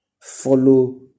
Follow